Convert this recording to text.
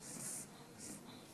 השר אזולאי.